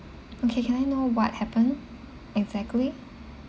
okay can I know what happen exactly